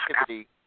activity